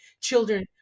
children